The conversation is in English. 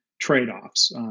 trade-offs